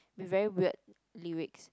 with very weird lyrics